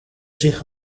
zich